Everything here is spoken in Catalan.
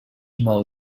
mou